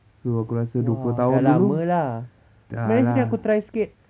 dah lama lah mari sini aku try sikit